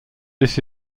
this